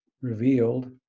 revealed